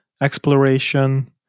exploration